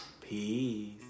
Peace